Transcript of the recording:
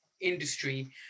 industry